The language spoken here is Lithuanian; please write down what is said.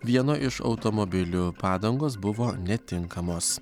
vieno iš automobilių padangos buvo netinkamos